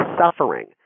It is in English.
suffering